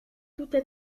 toutes